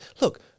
Look